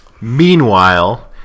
Meanwhile